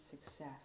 success